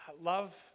love